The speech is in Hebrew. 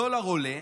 הדולר עולה,